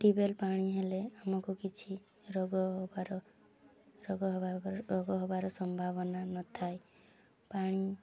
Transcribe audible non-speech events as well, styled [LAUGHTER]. ପାଣି ଟ୍ୟୁବୱେଲ୍ ପାଣି ହେଲେ ଆମକୁ କିଛି ରୋଗ ହବାର ରୋଗ ହବା [UNINTELLIGIBLE] ରୋଗ ହବାର ସମ୍ଭାବନା ନଥାଏ ପାଣି